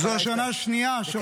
זה קרה אשתקד?